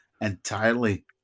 entirely